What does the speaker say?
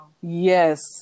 Yes